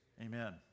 amen